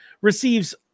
receives